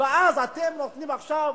ואז אתם נותנים עכשיו